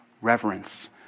reverence